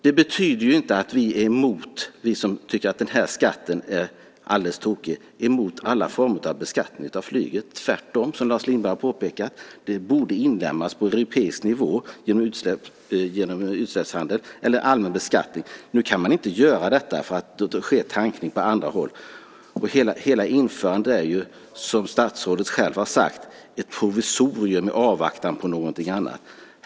Det betyder inte att vi som tycker att skatten är tokig är mot alla former av beskattning av flyget. Tvärtom. Precis som Lars Lindblad påpekar borde den inlemmas på europeisk nivå genom utsläppshandel eller allmän beskattning. Nu kan man inte göra detta eftersom det då sker tankning på annat håll. Hela införandet är, som statsrådet själv har sagt, ett provisorium i avvaktan på något annat.